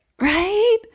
right